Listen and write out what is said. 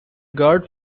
guard